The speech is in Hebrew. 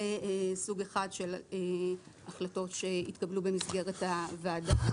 זה סוג אחד של החלטות שהתקבלו במסגרת הוועדה.